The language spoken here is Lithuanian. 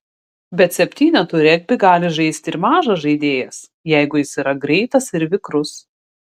bet septynetų regbį gali žaisti ir mažas žaidėjas jeigu jis yra greitas ir vikrus